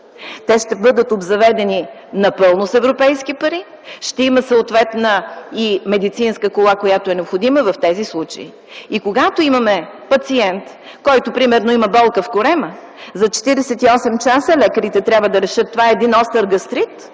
Те ще бъдат обзаведени напълно с европейски пари, ще има съответна и медицинска кола, която е необходима в тези случаи. Когато имаме пациент, който има примерно болка в корема за 48 часа лекарите трябва да решат дали това е един остър гастрит